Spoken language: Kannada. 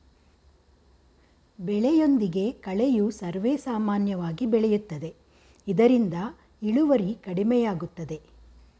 ಬೆಳೆಯೊಂದಿಗೆ ಕಳೆಯು ಸರ್ವೇಸಾಮಾನ್ಯವಾಗಿ ಬೆಳೆಯುತ್ತದೆ ಇದರಿಂದ ಇಳುವರಿ ಕಡಿಮೆಯಾಗುತ್ತದೆ